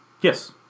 Yes